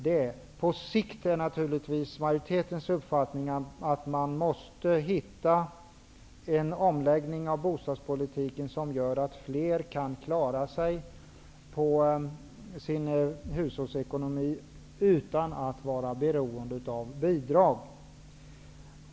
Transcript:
Det är naturligtvis majoritetens uppfattning att man på sikt måste hitta en omläggning av bostadspolitiken som gör att fler kan klara sin hushållsekonomi utan att vara beroende av bidrag.